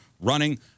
running